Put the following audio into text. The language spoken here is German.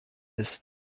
ist